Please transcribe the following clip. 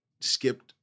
skipped